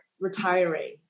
retiring